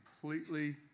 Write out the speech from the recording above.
completely